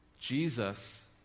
Jesus